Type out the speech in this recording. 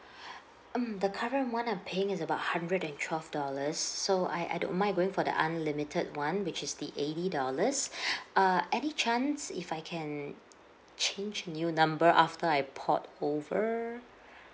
mm the current one I'm paying is about hundred and twelve dollars so I I don't mind going for the unlimited one which is the eighty dollars err any chance if I can change new number after I port over